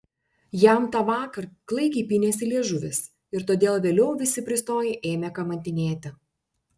jam tą vakar klaikiai pynėsi liežuvis ir todėl vėliau visi pristoję ėmė kamantinėti